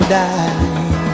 die